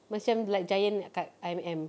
macam like Giant kat I_M_M